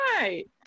Right